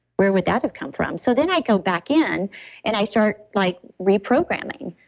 where would that have come from? so then i go back in and i start like reprogramming.